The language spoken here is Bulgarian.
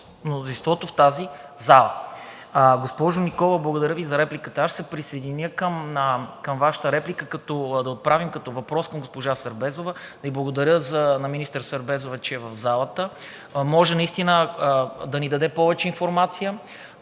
мнозинството в тази зала. Госпожо Николова, благодаря Ви за репликата. Аз ще се присъединя към Вашата реплика да отправим като въпрос към министър Сербезова – благодаря на министър Сербезова, че е в залата – може наистина да ни даде повече информация